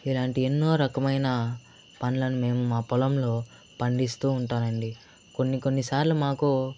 ఇలాంటియి ఎన్నో రకమైన పండ్లన్నీ మా పొలంలో పండిస్తూ ఉంటానండి కొన్ని కొన్ని సార్లు మాకు